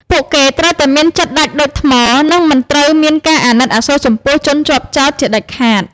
ពួកគេត្រូវតែមានចិត្តដាច់ដូចថ្ម និងមិនត្រូវមានការអាណិតអាសូរចំពោះជនជាប់ទោសជាដាច់ខាត។